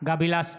גבי לסקי,